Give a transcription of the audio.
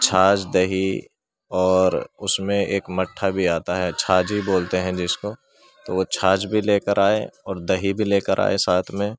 چھاچھ دہی اور اس میں ایک مٹھا بھی آتا ہے چھاچھ بھی بولتے ہیں جس کو تو وہ چاچھ بھی لے کر آئیں اور دہی بھی لے کر آئیں ساتھ میں